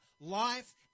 life